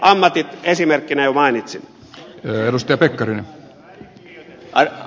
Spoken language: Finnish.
ammatit esimerkkinä jo mainitsin